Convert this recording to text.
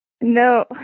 No